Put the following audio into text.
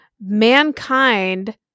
mankind